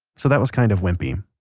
so that was kind of wimpy.